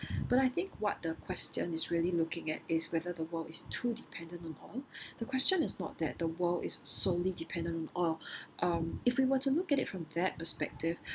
but I think what the question is really looking at is whether the world is too dependent on oil the question is not that the world is solely dependent or um if we were to look at it from that perspective